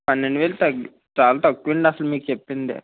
పన్నెండు వేలు తగ్ చాలా తక్కువండీ అసలు మీకు చెప్పింది